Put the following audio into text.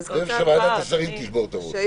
קודם שוועדת השרים תשבור את הראש.